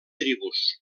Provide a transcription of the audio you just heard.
tribus